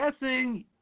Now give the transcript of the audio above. guessing